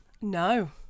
No